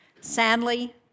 sadly